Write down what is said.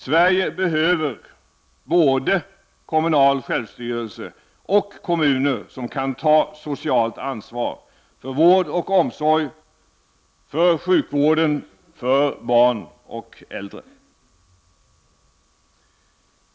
Sverige behöver både kommunal självstyrelse och kommuner som kan ta socialt ansvar för vård och omsorg, för sjukvård, för barn och äldre.